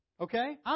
Okay